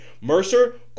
Mercer